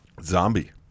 zombie